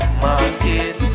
market